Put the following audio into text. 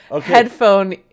headphone